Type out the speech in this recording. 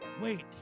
wait